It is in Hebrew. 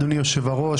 אדוני יושב-הראש,